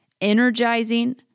energizing